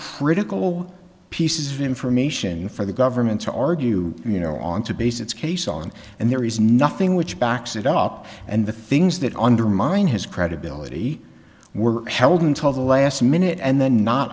critical pieces of information for the government to argue you know on to base its case on and there is nothing which backs it up and the things that undermine his credibility were held until the last minute and then not